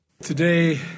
Today